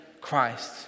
Christ